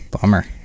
bummer